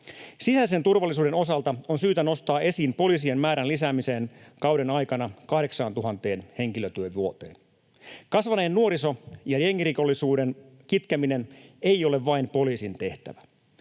Sisäisen turvallisuuden osalta on syytä nostaa esiin poliisien määrän lisääminen kauden aikana 8 000 henkilötyövuoteen. Kasvaneen nuoriso- ja jengirikollisuuden kitkeminen ei ole vain poliisin tehtävä.